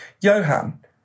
Johan